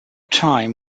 time